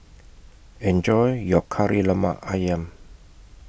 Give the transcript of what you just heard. Enjoy your Kari Lemak Ayam